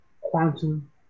quantum